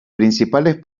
principales